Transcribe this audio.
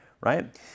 right